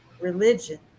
religion